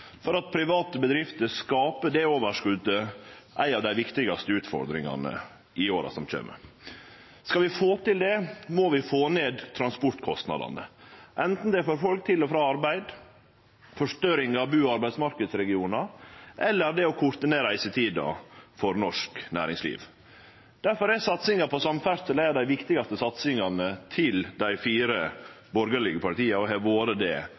for at private bedrifter skaper det overskotet, ei av dei viktigaste utfordringane i åra som kjem. Skal vi få til det, må vi få ned transportkostnadene, anten det er for folk til og frå arbeid, ved forstørring av bu- og arbeidsmarknadsregionar eller ved å korte ned reisetida for norsk næringsliv. Difor er satsinga på samferdsel ei av dei viktigaste satsingane til dei borgarlege partia og har vore det